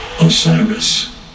Osiris